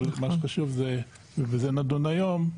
אבל מה שחשוב ובזה נדון היום,